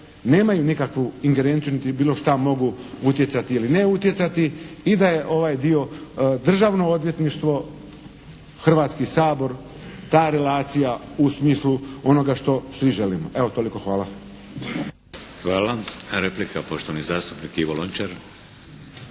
nemaju nikakvu ingerenciju niti bilo šta mogu utjecati ili ne utjecati i da je ovaj dio Državno odvjetništvo, Hrvatski sabor, ta relacija u smislu onoga što svi želimo. Evo toliko. Hvala. **Šeks, Vladimir (HDZ)** Hvala. Replika, poštovani zastupnik Ivo Lončar.